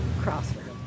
crossroads